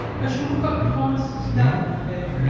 i shall look up thomas snelling to-day.